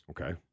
Okay